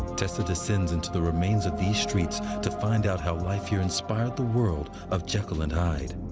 tessa descends into the remains of these streets to find out how life here inspired the world of jekyll and hyde.